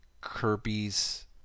Kirby's